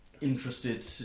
interested